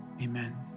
Amen